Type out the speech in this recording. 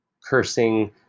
cursing